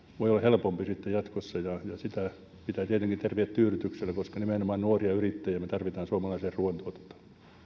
voi olla helpompi ja sitä pitää tietenkin tervehtiä tyydytyksellä koska nimenomaan nuoria yrittäjiä me tarvitsemme suomalaiseen ruoantuotantoon